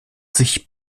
sich